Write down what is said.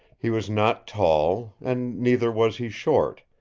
he was not tall, and neither was he short,